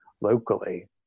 locally